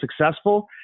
successful